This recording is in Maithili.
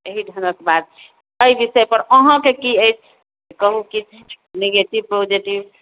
अहि ढङ्गक बात छै एहि विषय पर अहाँकेँ की अछि कहूँ किछु निगेटिव पोजेटिव